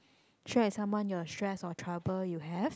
share with someone your stress or trouble you have